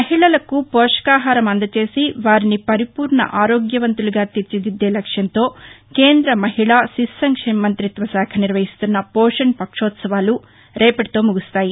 మహిళలకు పోషకాహారం అందచేసి వారిని పరిపూర్ణ ఆరోగ్యవంతులుగా తీర్చిదిద్దే లక్ష్యంతో కేంద్ర మహిళా శిశు సంక్షేమ మంతిత్వశాఖ నిర్వహిస్తున్న పోషణ్ పక్షోత్సవాలు రేపటితో ముగుస్తాయి